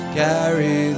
carry